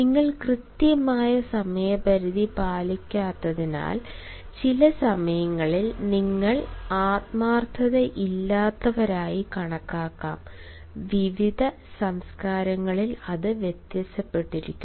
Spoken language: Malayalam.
നിങ്ങൾ കൃത്യമായ സമയപരിധി പാലിക്കാത്തതിനാൽ ചില സമയങ്ങളിൽ നിങ്ങൾ ആത്മാർത്ഥതയില്ലാത്തവരായി കണക്കാക്കാം വിവിധ സംസ്കാരങ്ങളിൽ അത് വ്യത്യാസപ്പെടുന്നു